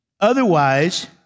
Otherwise